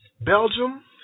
Belgium